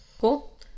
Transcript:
Cool